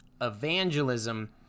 evangelism